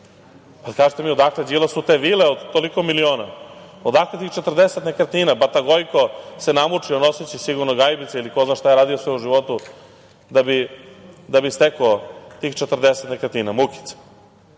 evraKažite mi odakle Đilasu te vile od toliko miliona? Odakle tih 40 nekretnina. Bata Gojko se namučio noseći sigurno gajbice ili ko zna šta je radio u svom životu da bi steko tih 40 nekretnina, mukica.